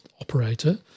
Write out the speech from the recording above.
operator